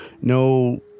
no